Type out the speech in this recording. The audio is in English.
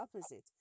opposite